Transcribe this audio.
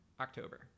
October